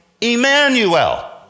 Emmanuel